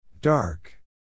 Dark